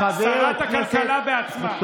שרת הכלכלה בעצמה: